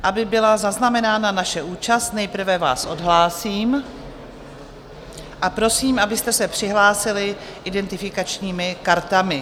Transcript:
Aby byla zaznamenána naše účast, nejprve vás odhlásím a prosím, abyste se přihlásili identifikačními kartami.